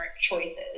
choices